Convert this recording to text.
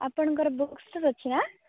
ଆପଣଙ୍କର book store ଅଛି ନା